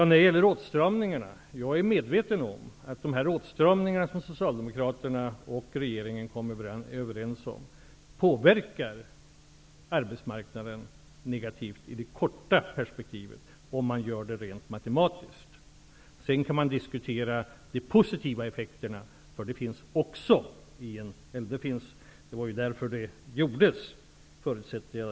När det gäller åtstramningarna är jag medveten om att de åtstramningar som Socialdemokraterna och regeringen kom överens om påverkar arbetsmarknaden negativt i det korta perspektivet, om man ser det rent matematiskt. Sedan kan man diskutera de positiva effekterna, för sådana finns också. Det var därför, förutsätter jag, som alla inblandade parter ville genomföra dessa åtstramningar.